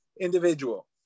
individual